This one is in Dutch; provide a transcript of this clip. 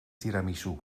tiramisu